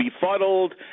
befuddled